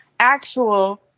actual